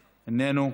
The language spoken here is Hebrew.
איננו,